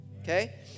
okay